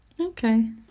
Okay